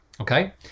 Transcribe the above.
okay